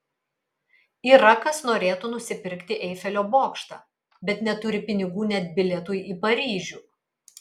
yra kas norėtų nusipirkti eifelio bokštą bet neturi pinigų net bilietui į paryžių